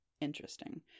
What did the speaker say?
interesting